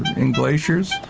in glaciers,